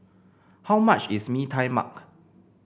how much is Mee Tai Mak